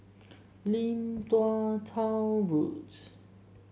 Lim Tua Tow Road